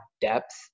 depth